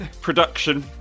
production